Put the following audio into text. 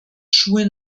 schuhe